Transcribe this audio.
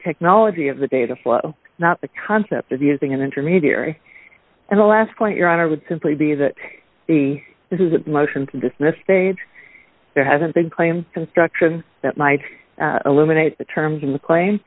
technology of the data flow not the concept of using an intermediary and the last point your honor would simply be that this is a motion to dismiss stage there hasn't been claim construction that might eliminate the terms in the claim